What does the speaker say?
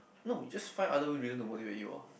no you just find other people to motivate you lor